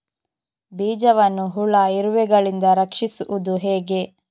ಬೀಜವನ್ನು ಹುಳ, ಇರುವೆಗಳಿಂದ ರಕ್ಷಿಸುವುದು ಹೇಗೆ?